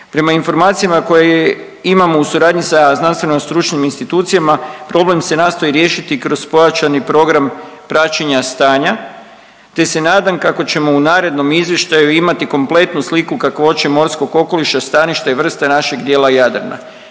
Prema informacijama koje imamo u suradnji sa znanstveno stručnim institucijama problem se nastoji riješiti kroz pojačani program praćenja stanja te se nadam kako ćemo u narednom izvještaju imati kompletnu sliku kakvoće morskog okoliša, staništa i vrste našeg dijela Jadrana.